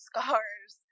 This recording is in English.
Scars